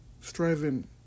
striving